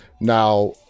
Now